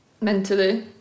Mentally